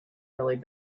really